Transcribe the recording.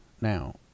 now